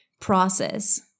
process